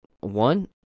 one